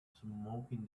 smoking